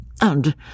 And